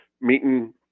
meeting